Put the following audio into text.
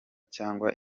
cyangwa